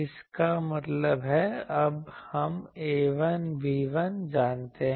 इसका मतलब है अब हम A1 B1 जानते हैं